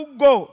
go